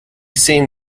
seen